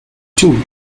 two